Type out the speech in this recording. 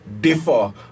differ